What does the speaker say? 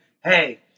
hey